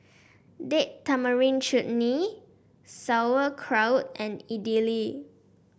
Date Tamarind Chutney Sauerkraut and Idili